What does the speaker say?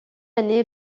année